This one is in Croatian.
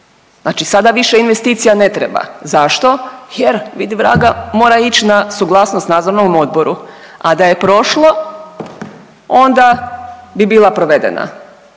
znači sada više investicija ne treba. Zašto? Jer vidi vraga mora ić na suglasnost nadzornom odboru, a da je prošlo onda bi bila provedena,